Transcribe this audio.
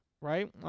right